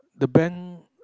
the bank